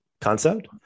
concept